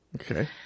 Okay